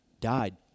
died